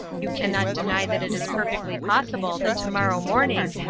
you cannot deny that it is perfectly possible that tomorrow morning,